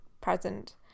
present